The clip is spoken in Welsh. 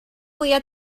fwyaf